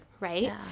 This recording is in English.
Right